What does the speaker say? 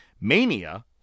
Mania